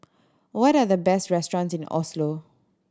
what are the best restaurants in Oslo